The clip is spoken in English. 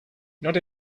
not